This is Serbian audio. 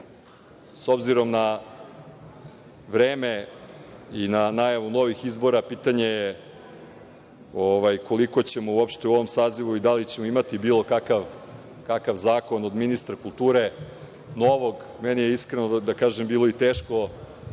S obzirom na vreme i na najavu novih izbora, pitanje je koliko ćemo uopšte u ovom sazivu i da li ćemo imati bilo kakav zakon od ministra kulture novog. Meni je, iskreno da kažem, bilo i teško